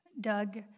Doug